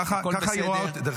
הכול בסדר.